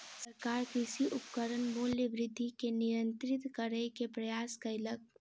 सरकार कृषि उपकरणक मूल्य वृद्धि के नियंत्रित करै के प्रयास कयलक